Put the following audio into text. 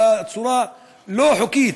בצורה לא חוקית.